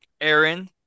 Aaron